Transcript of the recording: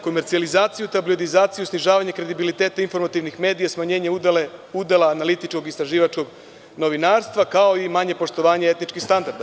Komercijalizaciju, tabloidizaciju, snižavanje kredibiliteta informativnih medija, smanjenje udela analitičkog i istraživačkog novinarstva, kao i manje poštovanje etičkih standarda.